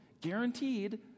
guaranteed